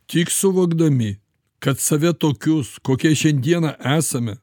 tik suvokdami kad save tokius kokie šiandieną esame